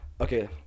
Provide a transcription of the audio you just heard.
okay